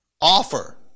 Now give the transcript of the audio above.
Offer